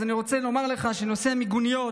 אז אני רוצה לומר לך שנושא המיגוניות